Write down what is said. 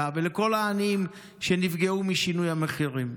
ולכל העניים שנפגעו משינוי המחירים?